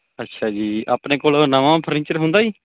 ਅੱਛਾ ਜੀ ਆਪਣੇ ਕੋਲ ਨਵਾਂ ਫਰਨੀਚਰ ਹੁੰਦਾ ਜੀ